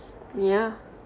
yeah